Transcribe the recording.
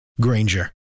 Granger